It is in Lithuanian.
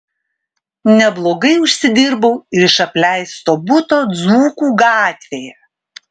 neblogai užsidirbau ir iš apleisto buto dzūkų gatvėje